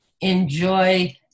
enjoy